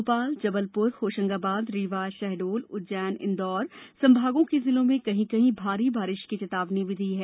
भोपाल जबलपुर और होशंगाबाद रीवा शहडोल उज्जैन इंदौर संभागों के जिलों में कहीं कहीं भारी बारिश की चेतावनी भी दी है